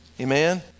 Amen